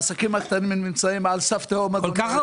העסקים הקטנים הם נמצאים על סף תהום אדוני.